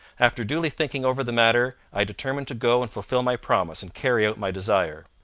after duly thinking over the matter i determined to go and fulfil my promise and carry out my desire.